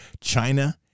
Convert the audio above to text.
China